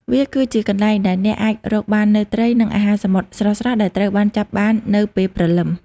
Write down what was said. វាគឺជាកន្លែងដែលអ្នកអាចរកបាននូវត្រី និងអាហារសមុទ្រស្រស់ៗ ដែលត្រូវបានចាប់បាននៅពេលព្រលឹម។